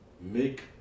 make